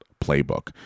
playbook